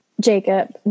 jacob